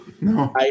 no